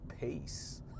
Peace